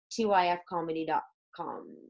tyfcomedy.com